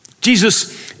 Jesus